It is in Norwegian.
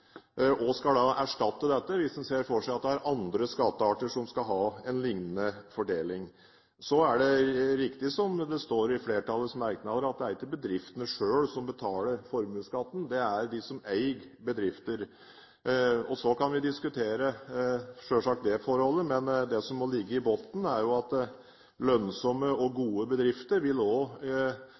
Hva skal da erstatte dette, hvis en ser for seg at det er andre skattearter som skal ha en lignende fordeling? Så er det riktig som det står i flertallets merknader, at det ikke er bedriftene selv som betaler formuesskatten. Det er de som eier bedriftene. Vi kan selvsagt diskutere det forholdet, men det som må ligge i bunnen, er jo at lønnsomme og gode bedrifter også vil